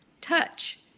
touch